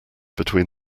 between